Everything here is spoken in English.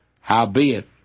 Howbeit